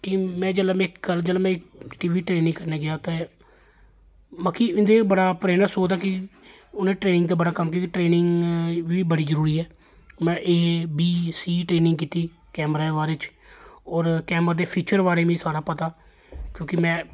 कि जेल्लै में टी वी ट्रेनिंग करने गी गेआ उत्थे बाकी इंदे बड़ा प्रेरना स्रोत ऐ कि उ'नें ट्रेनिंग च बड़ा ट्रेनिंग बी बड़ी जरूरी ऐ में ए बी सी ट्रेनिंग कीती कैमरे दे बारे च होर कैमरा दे फीचर दे बारे च मिगी सारा पता ते